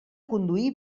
conduir